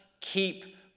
keep